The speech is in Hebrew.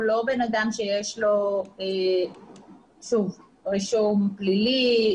הוא לא בן אדם שיש לו רישום פלילי.